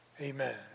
Amen